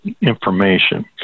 information